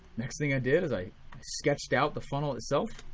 next thing i did is i sketched out the funnel itself.